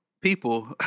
people